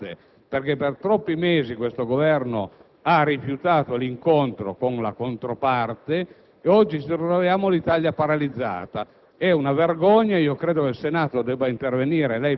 perché ritengo occorra ascoltare anche la controparte: per troppi mesi, questo Governo ha rifiutato l'incontro con la controparte ed oggi ci ritroviamo con l'Italia paralizzata.